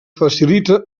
facilita